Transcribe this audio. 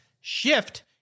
Shift